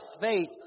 faith